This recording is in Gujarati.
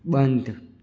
બંધ